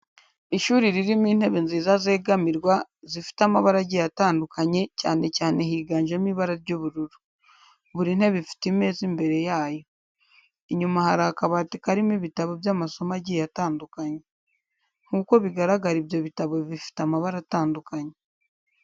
Ishuri ririmo intebe nziza zegamirwa, zifite amabara agiye atandukanye, cyane cyane higanjemo ibara ry'ubururu. Buri ntebe ifite imeza imbere yayo. Inyuma hari akabati karimo ibitabo by'amasomo agiye atandukanye. Nk'uko bigaragara ibyo bitabo bifite amabara atandukanye.